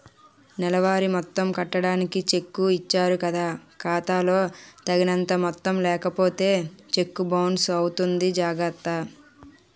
నెలవారీ మొత్తం కట్టడానికి చెక్కు ఇచ్చారు కదా ఖాతా లో తగినంత మొత్తం లేకపోతే చెక్కు బౌన్సు అవుతుంది జాగర్త